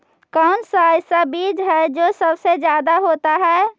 कौन सा ऐसा बीज है जो सबसे ज्यादा होता है?